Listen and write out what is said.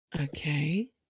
Okay